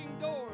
doors